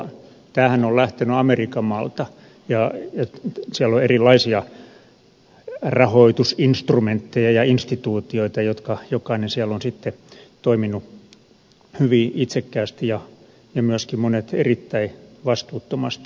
tämähän on lähtenyt amerikan maalta ja siellä on erilaisia rahoitusinstrumentteja ja instituutioita joista jokainen on siellä sitten toiminut hyvin itsekkäästi ja myöskin monet erittäin vastuuttomasti